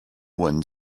one